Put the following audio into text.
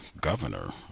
governor